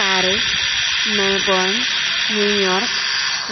Paris Melbourne New York